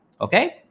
Okay